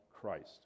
Christ